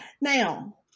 now